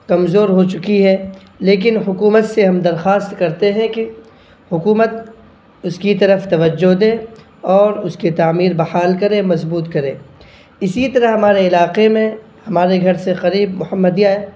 کمزور ہو چکی ہے لیکن حکومت سے ہم درخواست کرتے ہیں کہ حکومت اس کی طرف توجہ دے اور اس کی تعمیر بحال کرے مضبوط کرے اسی طرح ہمارے علاقے میں ہمارے گھر سے قریب محمدیہ ہے